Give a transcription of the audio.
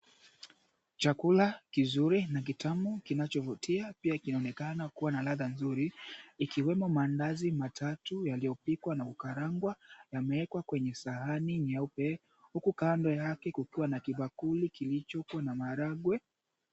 Chakula kizuri na kitamu kinachovutia, kinaonekana kuwa na ladha nzuri, ikiwemo maandazi matatu yaliyopikwa na kukarangwa, yamewekwa kwenye sahani nyeupe huku kando yake kukiwa na kibakuli kilichoko na maharagwe.